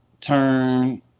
turn